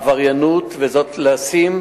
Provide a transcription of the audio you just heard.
עבריינות, וזאת לשם